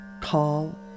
Call